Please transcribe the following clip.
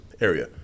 area